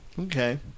okay